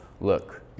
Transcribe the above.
look